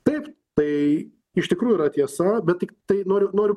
taip tai iš tikrųjų yra tiesa bet tiktai noriu noriu